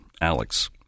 Alex